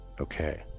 okay